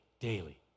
daily